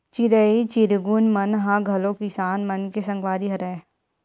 चिरई चिरगुन मन ह घलो किसान मन के संगवारी हरय